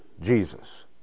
Jesus